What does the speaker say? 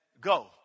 go